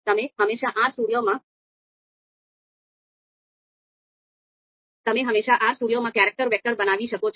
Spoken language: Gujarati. તમે હંમેશા RStudio માં કેરેક્ટર વેક્ટર બનાવી શકો છો